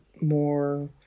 more